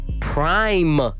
prime